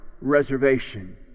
reservation